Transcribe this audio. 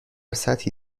سطحی